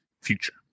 future